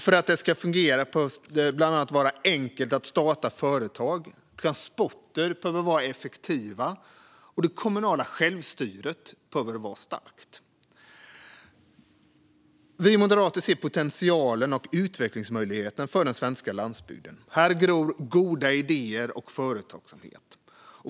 För att det ska fungera behöver det bland annat vara enkelt att starta företag. Transporter behöver vara effektiva, och det kommunala självstyret behöver vara starkt. Vi moderater ser potentialen och utvecklingsmöjligheten för den svenska landsbygden. Här gror goda idéer och företagsamhet.